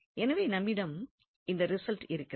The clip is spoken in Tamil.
எனவே நம்மிடம் இந்த ரிசல்ட் இருக்கிறது